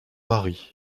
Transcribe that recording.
mari